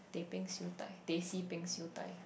teh peng siew dai teh C peng siew dai